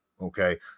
Okay